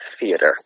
theater